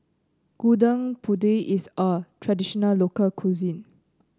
Gudeg Putih is a traditional local cuisine